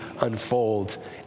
unfold